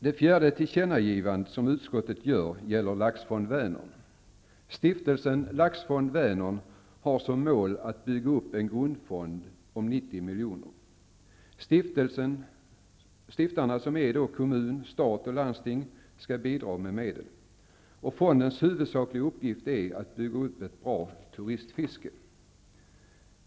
Det fjärde tillkännagivandet som utskottet gör gäller Laxfond Vänern. Stiftelsen Laxfond Vänern har som mål att bygga upp en grundfond om 90 miljoner. Stiftarna, som är kommun, stat och landsting, skall bidra med medel. Fondens huvudsakliga uppgift är att bygga upp ett bra turistfiske.